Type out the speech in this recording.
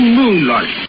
moonlight